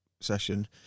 session